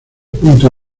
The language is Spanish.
punto